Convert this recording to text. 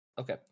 Okay